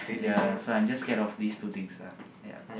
ya so I'm just scared of these two things ah ya